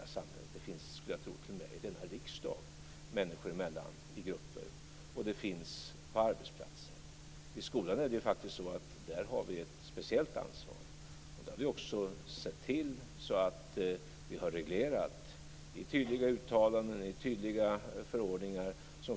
Jag skulle t.o.m. tro att det finns här i riksdagen och människor emellan, i grupper och på arbetsplatser. I skolan har vi ett speciellt ansvar, och vi har också reglerat detta i tydliga uttalanden och förordningar.